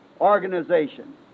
organization